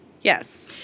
Yes